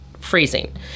freezing